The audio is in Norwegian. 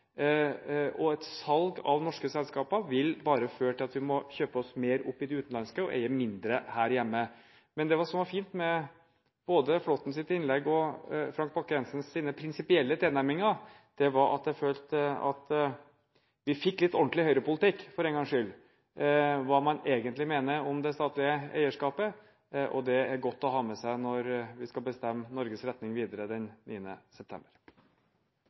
obligasjoner. Et salg av norske selskaper vil bare føre til at vi må kjøpe oss mer opp i de utenlandske og eie mindre her hjemme. Men det som var fint med både Svein Flåttens innlegg og Frank Bakke-Jensens prinsipielle tilnærminger, var at jeg følte at vi fikk litt ordentlig Høyre-politikk for en gangs skyld – hva man egentlig mener om det statlige eierskapet. Det er det godt å ha med seg når vi skal bestemme Norges retning videre den 9. september.